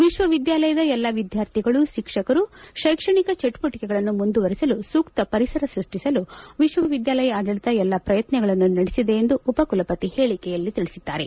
ವಿಶ್ವವಿದ್ಯಾಲಯದ ಎಲ್ಲ ವಿದ್ಯಾರ್ಥಿಗಳು ಶಿಕ್ಷಕರು ಶೈಕ್ಷಣಿಕ ಚಟುವಟಿಕೆಗಳನ್ನು ಮುಂದುವರೆಸಲು ಸೂಕ್ತ ಪರಿಸರ ಸೃಷ್ಟಿಸಲು ವಿವಿ ಆಡಳಿತ ಎಲ್ಲ ಪ್ರಯತ್ನಗಳನ್ನು ನಡೆಸಿದೆ ಎಂದು ಉಪಕುಲಪತಿ ಹೇಳಿಕೆಯಲ್ಲಿ ತಿಳಿಸಿದ್ದಾರೆ